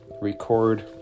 record